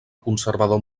conservador